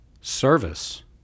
service